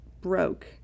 broke